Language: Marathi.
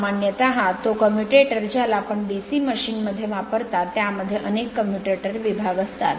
सामान्यत तो कम्युटेटर ज्याला आपण DC मशीन मध्ये वापरता त्यामध्ये अनेक कम्युटेटर विभाग असतात